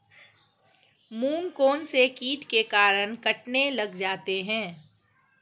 मूंग कौनसे कीट के कारण कटने लग जाते हैं?